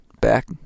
back